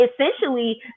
essentially